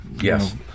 Yes